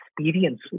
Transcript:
experience